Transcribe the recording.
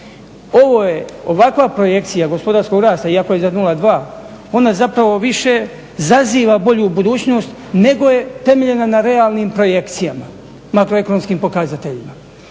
Ovo je ovakva projekcija gospodarskog rasta iako je za 0,2 ona zapravo više zaziva bolju budućnost nego je temeljena na realnim projekcijama makroekonomskim pokazateljima.